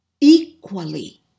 equally